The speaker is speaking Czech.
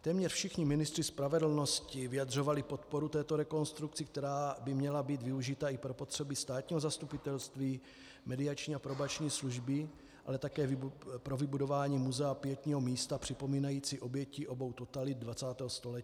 Téměř všichni ministři spravedlnosti vyjadřovali podporu této rekonstrukci, která by měla být využita i pro potřeby státního zastupitelství, mediační a probační služby, ale také pro vybudování muzea pietního místa připomínající oběti obou totalit 20. století.